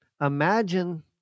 imagine